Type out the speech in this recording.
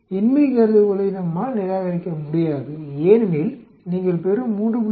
இன்மை கருதுகோளை நம்மால் நிராகரிக்க முடியாது ஏனெனில் நீங்கள் பெறும் 3